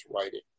writing